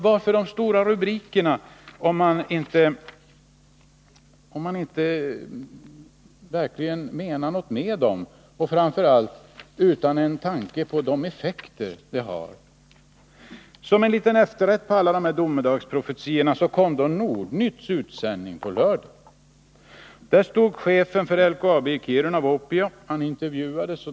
Varför de stora rubrikerna, om man inte verkligen menar något med dem och framför allt om man inte har en tanke på de effekter de har? Som en liten efterrätt efter alla domedagsprofetior kom Nordnytts utställning på lördagen. Där intervjuades chefen för LKAB i Kiruna, Lars Wuopio.